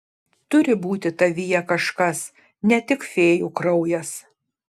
turi būti tavyje kažkas ne tik fėjų kraujas